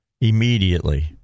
immediately